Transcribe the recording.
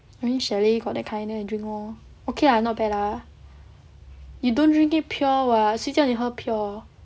I think chalet got that kind then I drink lor okay lah not bad lah you don't drink it pure [what] 谁叫你喝 pure